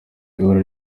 ibura